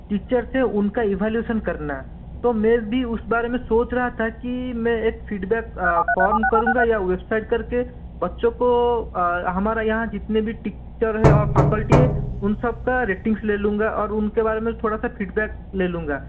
teacher से उनका evolution करना तो मैं भी उसे बारे में सोच रहा था कि मैं एक फीडबैक फॉर्म करूँगा या वेबसाइट करके बच्चों को हमारा यहाँ जितने भी टीचर है और फॉकल्टी है उन सबका रेटिंग्स ले लूँगा और उनके बारे में थोड़ा सा फीडबैक ले लूँगा